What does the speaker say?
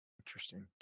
Interesting